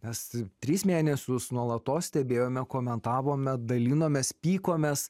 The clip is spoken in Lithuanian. mes tris mėnesius nuolatos stebėjome komentavome dalinomės pykomės